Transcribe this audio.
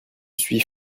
suis